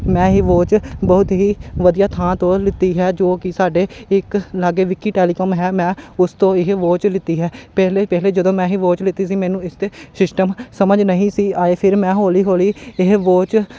ਮੈਂ ਇਹ ਵੋਚ ਬਹੁਤ ਹੀ ਵਧੀਆ ਥਾਂ ਤੋਂ ਲਿੱਤੀ ਹੈ ਜੋ ਕਿ ਸਾਡੇ ਇੱਕ ਲਾਗੇ ਵਿੱਕੀ ਟੈਲੀਕਮ ਹੈ ਮੈਂ ਉਸ ਤੋਂ ਇਹ ਵੋਚ ਲਿੱਤੀ ਹੈ ਪਹਿਲੇ ਪਹਿਲੇ ਜਦੋਂ ਮੈਂ ਇਹ ਵੋਚ ਲਿੱਤੀ ਸੀ ਮੈਨੂੰ ਇਸ ਦੇ ਸ਼ਿਸ਼ਟਮ ਸਮਝ ਨਹੀਂ ਸੀ ਆਏ ਫਿਰ ਮੈਂ ਹੌਲੀ ਹੌਲੀ ਇਹ ਵੋਚ